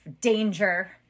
danger